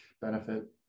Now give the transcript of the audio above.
benefit